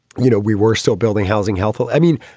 you know, we were still building housing health. i mean,